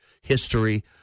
history